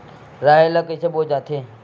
राहेर ल कइसे बोय जाथे?